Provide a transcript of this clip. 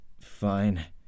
fine